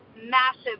massive